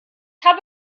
habe